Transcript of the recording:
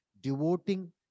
devoting